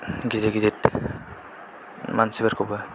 गिदिर गिदिर मानसिफोरखौबो